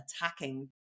attacking